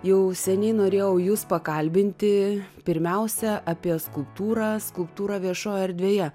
jau seniai norėjau jus pakalbinti pirmiausia apie skulptūrą skulptūrą viešo erdvėje